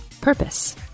purpose